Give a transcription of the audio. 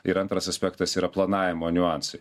ir antras aspektas yra planavimo niuansai